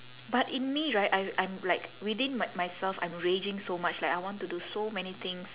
but in me right I I'm like within my~ myself I'm raging so much like I want to do so many things